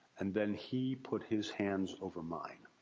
and then he put his hands over mine.